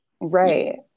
Right